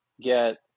get